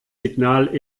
signal